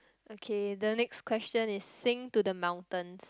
okay the next question is sing to the mountains